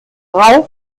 rauf